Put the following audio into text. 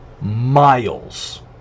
miles